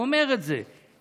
הוא אומר את זה,